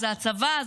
הוא הצבא,